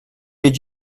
did